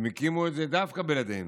הם הקימו את זה דווקא בלעדינו.